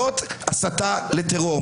זאת הסתה לטרור.